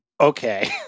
Okay